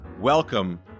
welcome